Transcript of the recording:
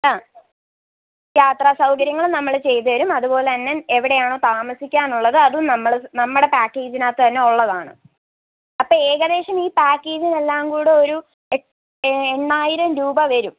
ആ യാത്രാസൗകര്യങ്ങളും നമ്മൾ ചെയ്ത് തരും അതുപോലെ തന്നെ എവിടെയാണോ താമസിക്കാനുള്ളത് അതും നമ്മൾ നമ്മുടെ പാക്കേജിന് അകത്ത് തന്നെ ഉള്ളതാണ് അപ്പം ഏകദേശം ഈ പാക്കേജിന് എല്ലാം കൂടെ ഒരു എട്ടായിരം രൂപ വരും